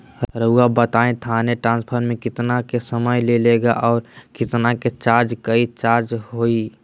रहुआ बताएं थाने ट्रांसफर में कितना के समय लेगेला और कितना के चार्ज कोई चार्ज होई?